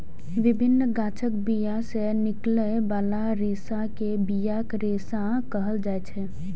विभिन्न गाछक बिया सं निकलै बला रेशा कें बियाक रेशा कहल जाइ छै